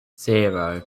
zero